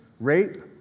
rape